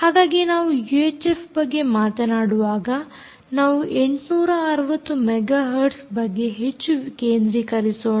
ಹಾಗಾಗಿ ನಾವು ಯೂಎಚ್ಎಫ್ ಬಗ್ಗೆ ಮಾತನಾಡುವಾಗ ನಾವು 860 ಮೆಗಾ ಹರ್ಟ್ಸ್ ಬಗ್ಗೆ ಹೆಚ್ಚು ಕೇಂದ್ರಿಕರಿಸೋಣ